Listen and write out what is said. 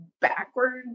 backwards